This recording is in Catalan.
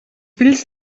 fills